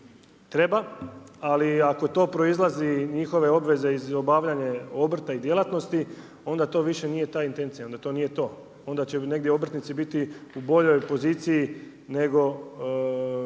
treba, ali ako to proizlazi njihove obveze iz obavljanja obrta i djelatnosti onda to više nije ta intencija, onda to nije to. Onda će negdje obrtnici biti u boljoj poziciji nego